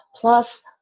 plus